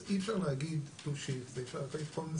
אז אי אפשר להגיד to shift וכל מיני